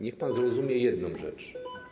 Niech pan zrozumie jedną rzecz.